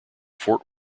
fort